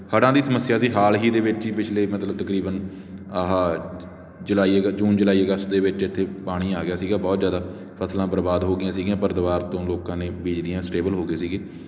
ਹੜ੍ਹਾਂ ਦੀ ਸਮੱਸਿਆ ਅਸੀਂ ਹਾਲ ਹੀ ਦੇ ਵਿੱਚ ਹੀ ਪਿਛਲੇ ਮਤਲਬ ਤਕਰੀਬਨ ਆਹਾ ਜੁਲਾਈ ਅਗ ਜੂਨ ਜੁਲਾਈ ਅਗਸਤ ਦੇ ਵਿੱਚ ਇੱਥੇ ਪਾਣੀ ਆ ਗਿਆ ਸੀਗਾ ਬਹੁਤ ਜ਼ਿਆਦਾ ਫਸਲਾਂ ਬਰਬਾਦ ਹੋਗੀਆਂ ਸੀਗੀਆਂ ਪਰ ਦੁਬਾਰਾ ਤੋਂ ਲੋਕਾਂ ਨੇ ਬੀਜ ਲਈਆਂ ਸਟੇਬਲ ਹੋ ਗਏ ਸੀਗੇ